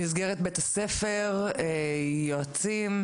במסגרת בית הספר, יועצים?